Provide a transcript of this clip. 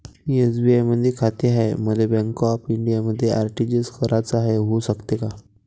SBI मधी खाते हाय, मले बँक ऑफ इंडियामध्ये आर.टी.जी.एस कराच हाय, होऊ शकते का?